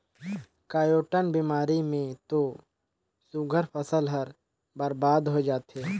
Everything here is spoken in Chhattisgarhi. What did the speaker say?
कयोठन बेमारी मे तो सुग्घर फसल हर बरबाद होय जाथे